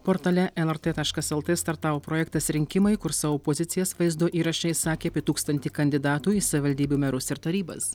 portale lrt taškas lt startavo projektas rinkimai kur savo pozicijas vaizdo įraše išsakė apie tūkstantį kandidatų į savivaldybių merus ir tarybas